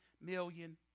million